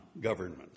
government